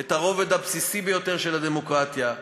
את הרובד הבסיסי ביותר של הדמוקרטיה,